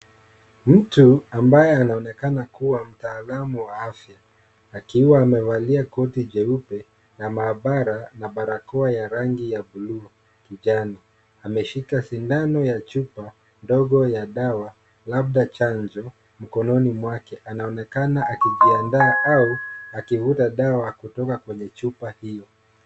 Mtu ambaye anaonekana kuwa mtaalamu wa afya, akiwa amevalia koti jeupe la maabara na barakoa ya rangi ya bluu kijani, ameshika sindano ya chupa ndogo ya dawa, labda chanjo mkononi mwake. Anaonekana akijiandaa au akivuta dawa kutoka kwenye chupa hiyo.